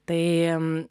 tai jiems